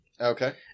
Okay